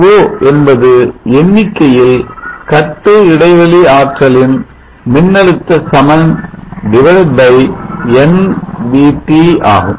VGO என்பது எண்ணிக்கையில் கட்டு இடைவெளி ஆற்றலின் மின்னழுத்த சமன் nVT ஆகும்